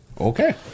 Okay